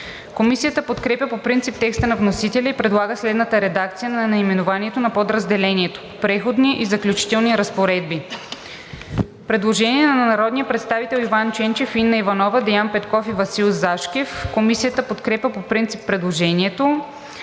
Комисията подкрепя по принцип текста на вносителя и предлага следната редакция на наименованието на подразделението: „Преходни и заключителни разпоредби“. Предложение на народните представители Иван Ченчев, Инна Иванова. Деян Петков и Васил Зашкев. Комисията подкрепя по принцип предложението.